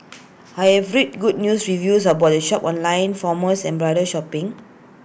I have read good reviews about the shop on online forums on bridal shopping